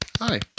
Hi